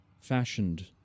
fashioned